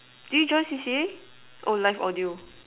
did you join C_C_A oh live audio